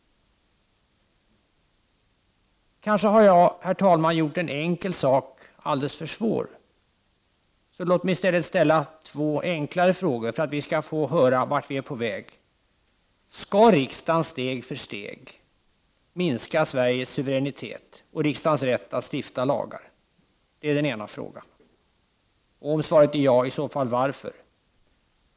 Kanske har jag, herr talman, gjort en enkel sak alldeles för svår. Låt mig då ställa två enklare frågor för att vi skall få veta vart Sverige är på väg. Skall riksdagen steg för steg minska Sveriges suveränitet och riksdagens rätt att stifta lagar? Om svaret är ja — i så fall varför?